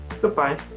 goodbye